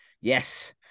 Yes